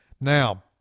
Now